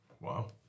Wow